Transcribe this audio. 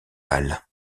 pâle